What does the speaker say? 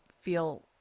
feel